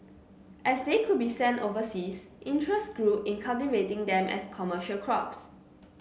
as they could be sent overseas interest grew in cultivating them as commercial crops